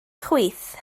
chwith